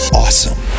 awesome